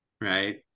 right